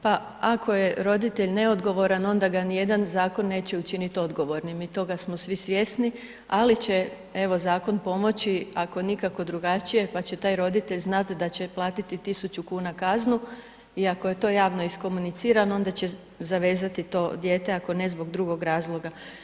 pa ako je roditelj neodgovoran onda ga nijedan zakon neće učiniti odgovornim i toga smo svi svjesni, ali će evo zakon pomoći, ako nikako drugačije, pa će taj roditelj znat da će platiti 1.000,00 kn i ako je to javno iskomunicirano onda će zavezati to dijete ako ne zbog drugog razloga.